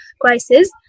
crisis